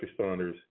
responders